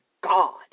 God